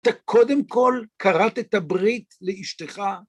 אתה קודם כל כרתת ברית לאשתך.